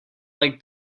like